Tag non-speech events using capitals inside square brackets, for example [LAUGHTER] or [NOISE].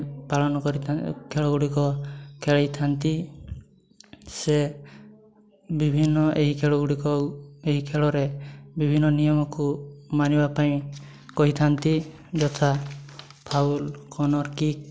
ପାଳନ କରିଥା ଖେଳ ଗୁଡ଼ିକ ଖେଳାଇଥାନ୍ତି ସେ ବିଭିନ୍ନ ଏହି ଖେଳ ଗୁଡ଼ିକ ଏହି ଖେଳରେ ବିଭିନ୍ନ ନିୟମକୁ ମାନିବା ପାଇଁ କହିଥାନ୍ତି ଯଥା ଫାଉଲ୍ [UNINTELLIGIBLE] କିକ୍